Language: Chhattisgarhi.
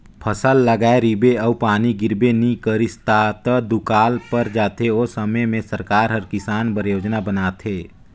फसल लगाए रिबे अउ पानी गिरबे नी करिस ता त दुकाल पर जाथे ओ समे में सरकार हर किसान बर योजना बनाथे